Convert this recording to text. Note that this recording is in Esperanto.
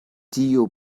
tio